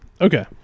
okay